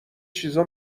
چیزا